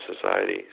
Society